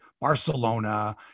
Barcelona